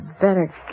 better